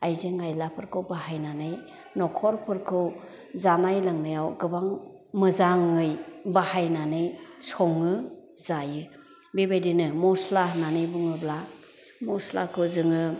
आयजें आयलाफोरखौ बाहायनानै नखरफोरखौ जानाय लोंनायाव गोबां मोजाङै बाहायनानै सङो जायो बेबायदिनो मस्ला होनानै बुङोब्ला मस्लाखौ जोङो